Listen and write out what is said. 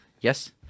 Yes